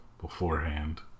beforehand